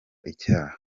icyaha